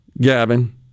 Gavin